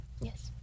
yes